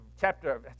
chapter